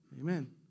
amen